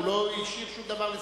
הוא לא השאיר שום דבר לספק.